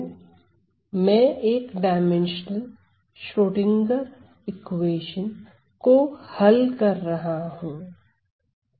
तो मैं एक डाइमेंशनल श्रोडिंगर इक्वेशन को हल कर रहा हूं